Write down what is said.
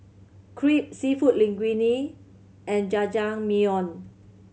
Crepe Seafood Linguine and Jajangmyeon